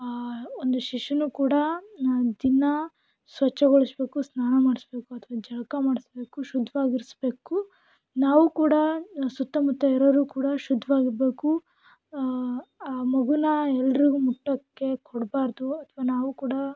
ಒಂದು ಶಿಶೂನೂ ಕೂಡ ದಿನ ಸ್ವಚ್ಛಗೊಳಿಸಬೇಕು ಸ್ನಾನ ಮಾಡಿಸ್ಬೇಕು ಅಥವಾ ಜಳಕ ಮಾಡಿಸ್ಬೇಕು ಶುದ್ಧವಾಗಿರ್ಸ್ಬೇಕು ನಾವು ಕೂಡ ಸುತ್ತಮುತ್ತ ಇರೋರು ಕೂಡ ಶುದ್ಧವಾಗಿರ್ಬೇಕು ಮಗೂನ ಎಲ್ರಿಗೂ ಮುಟ್ಟೋಕ್ಕೆ ಕೊಡಬಾರ್ದು ಅಥವಾ ನಾವು ಕೂಡ